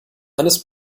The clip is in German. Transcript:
eines